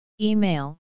Email